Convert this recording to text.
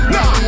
Nah